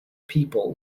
people